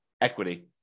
equity